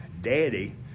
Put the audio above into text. Daddy